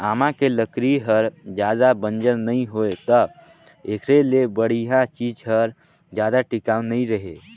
आमा के लकरी हर जादा बंजर नइ होय त एखरे ले बड़िहा चीज हर जादा टिकाऊ नइ रहें